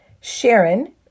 Sharon